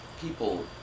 people